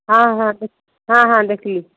ହଁ ହଁ ହଁ ହଁ ଦେଖିଲି